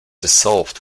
dissolved